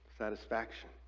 satisfaction